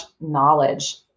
knowledge